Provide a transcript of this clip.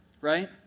right